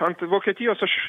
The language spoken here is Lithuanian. ant vokietijos aš